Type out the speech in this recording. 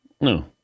No